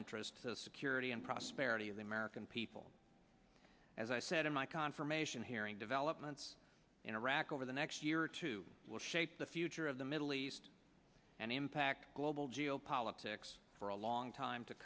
interests of security and prosperity of the american people as i said in my confirmation hearing developments in iraq over the next year or two will shape the future of the middle east and impact global geopolitics for a long time to